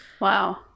Wow